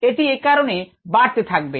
এটি একারনে বাড়তে থাকবে